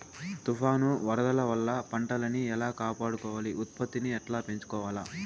తుఫాను, వరదల వల్ల పంటలని ఎలా కాపాడుకోవాలి, ఉత్పత్తిని ఎట్లా పెంచుకోవాల?